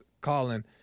Colin